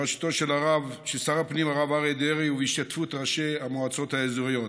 בראשותו של שר הפנים הרב אריה דרעי ובהשתתפות ראשי המועצות האזוריות.